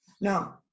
No